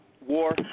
war